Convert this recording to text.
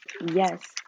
yes